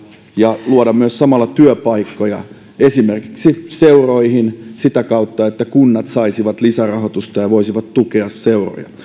ja samalla myös luoda työpaikkoja esimerkiksi seuroihin sitä kautta että kunnat saisivat lisärahoitusta ja voisivat tukea seuroja